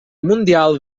mundial